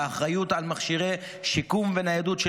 והאחריות על מכשירי שיקום וניידות של